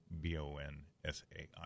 B-O-N-S-A-I